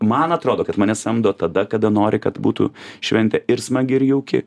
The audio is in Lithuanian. man atrodo kad mane samdo tada kada nori kad būtų šventė ir smagi ir jauki